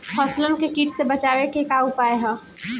फसलन के कीट से बचावे क का उपाय है?